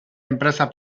empresas